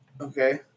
Okay